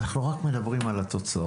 אנחנו רק מדברים על התוצאות.